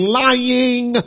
lying